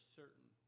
certain